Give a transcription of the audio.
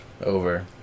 Over